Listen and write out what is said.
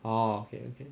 oh okay okay